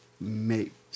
Make